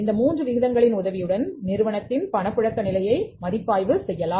இந்த 3 விகிதங்களின் உதவியுடன் நிறுவனத்தின் பணப்புழக்க நிலையை மதிப்பாய்வு செய்யலாம்